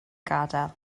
gadael